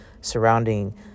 surrounding